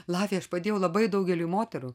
latvija aš padėjau labai daugeliui moterų